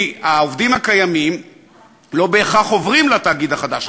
כי העובדים הקיימים לא בהכרח עוברים לתאגיד החדש.